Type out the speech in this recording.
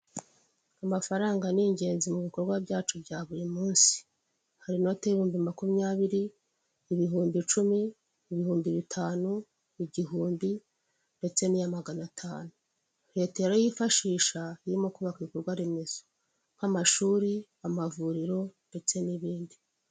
Amafaranga ni ingenzi mu bikorwa byacu bya buri munsi. Hari in note y' ibihumbi makumyabiri, ibihumbi icumi, ibihumbi bitanu, igihumbi ndetse n'iya magana atanu. Leta irayifashisha irimo kubaka ibikorwaremezo nk'amashuri, amavuriro ndetse n'ibindi.